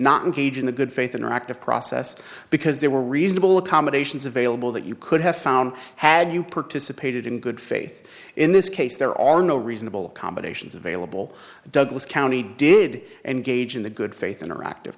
not engage in the good faith interactive process because there were reasonable accommodations available that you could have found had you participated in good faith in this case there are no reasonable accommodations available douglas county did engage in the good faith interactive